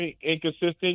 inconsistent